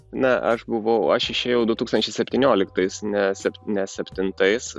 na aš buvau aš išėjau du tūkstančiai septynioliktais ne sep ne septintais